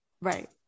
right